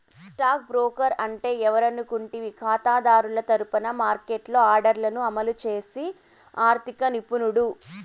stock broker అంటే ఎవరనుకుంటివి కాతాదారుల తరపున మార్కెట్లో ఆర్డర్లను అమలు చేసి ఆర్థిక నిపుణుడు